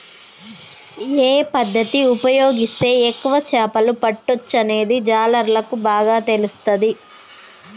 ఏ పద్దతి ఉపయోగిస్తే ఎక్కువ చేపలు పట్టొచ్చనేది జాలర్లకు బాగా తెలుస్తది